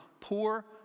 poor